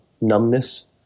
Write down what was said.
numbness